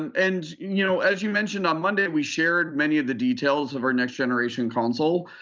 and and you know as you mentioned on monday, we shared many of the details of our next-generation console.